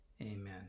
amen